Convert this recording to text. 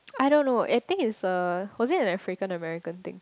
I don't know I think is a was it African or American thing